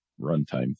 runtime